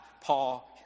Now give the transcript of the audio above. Paul